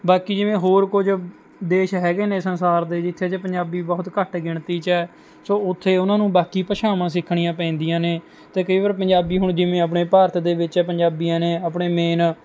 ਬਾਕੀ ਜਿਵੇਂ ਹੋਰ ਕੁਝ ਦੇਸ਼ ਹੈਗੇ ਨੇ ਸੰਸਾਰ ਦੇ ਜਿੱਥੇ ਜੇ ਪੰਜਾਬੀ ਬਹੁਤ ਘੱਟ ਗਿਣਤੀ 'ਚ ਹੈ ਸੋ ਉੱਥੇ ਉਨ੍ਹਾਂ ਨੂੰ ਬਾਕੀ ਭਾਸ਼ਾਵਾਂ ਸਿੱਖਣੀਆਂ ਪੈਂਦੀਆਂ ਨੇ ਅਤੇ ਕਈ ਵਾਰ ਪੰਜਾਬੀ ਹੁਣ ਜਿਵੇਂ ਆਪਣੇ ਭਾਰਤ ਦੇ ਵਿੱਚ ਹੈ ਪੰਜਾਬੀਆਂ ਨੇ ਆਪਣੇ ਮੇਨ